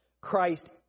Christ